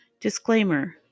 Disclaimer